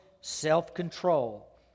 self-control